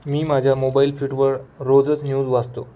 मी माझ्या मोबाईल फिटवर रोजच न्यूज वाचतो